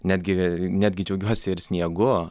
netgi netgi džiaugiuosi ir sniegu